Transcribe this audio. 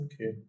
Okay